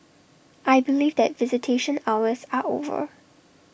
I believe that visitation hours are over